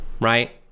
right